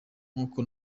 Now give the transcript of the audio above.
nk’uko